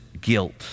guilt